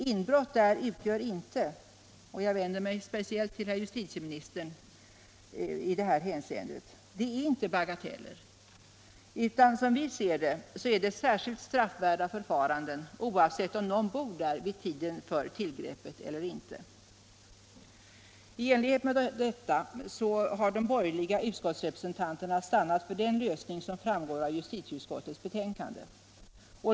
Inbrott där — och jag vänder mig speciellt till herr justitieministern i det här hänseendet — är inte bagateller. Som vi ser det är detta särskilt straffvärda förfaranden, oavsett om någon bor där vid tiden för tillgreppet eller inte. I enlighet härmed har de borgerliga utskottsrepresentanterna stannat för den lösning som framgår av justitieutskottets betänkande.